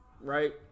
right